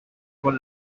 con